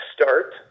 start